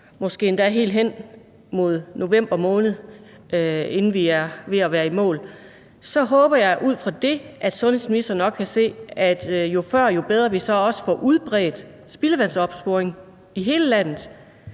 måske endda helt mod november måned, inden vi er ved at være i mål, så jeg håber derfor, at sundhedsministeren nok kan se, at jo før vi så også får udbredt smitteopsporing i spildevandet